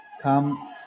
come